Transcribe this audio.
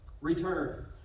return